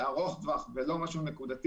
ארוך טווח ולא משהו נקודתי.